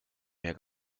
mehr